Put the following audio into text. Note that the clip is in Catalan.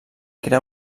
crea